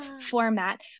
format